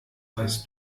weißt